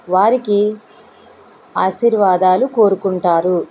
వారికి ఆశీర్వాదాలు కోరుకుంటారు